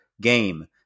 game